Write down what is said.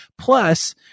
plus